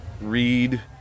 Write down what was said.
read